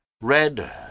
red